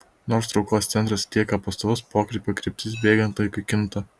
nors traukos centras lieka pastovus pokrypio kryptis bėgant laikui kinta